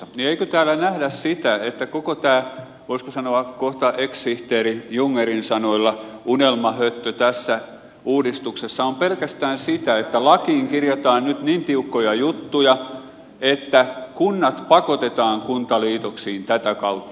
eikö täällä nähdä sitä että koko tämä voisiko sanoa kohta ex sihteeri jungnerin sanoilla unelmahöttö tässä uudistuksessa on pelkästään sitä että lakiin kirjataan nyt niin tiukkoja juttuja että kunnat pakotetaan kuntaliitoksiin tätä kautta